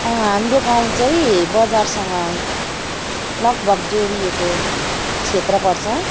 हाम्रो गाउँ चाहिँ बजारसँग लगभग जोडिएको क्षेत्र पर्छ